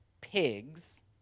pigs